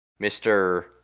Mr